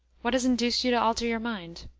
what has induced you to alter your mind?